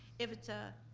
if it's a,